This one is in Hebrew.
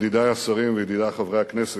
ידידי השרים וידידי חברי הכנסת,